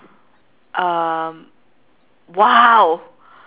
um !wow!